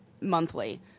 monthly